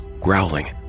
growling